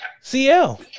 CL